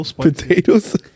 Potatoes